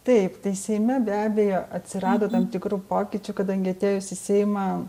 taip seime be abejo atsirado tam tikrų pokyčių kadangi atėjus į seimą